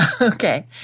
Okay